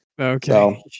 Okay